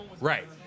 right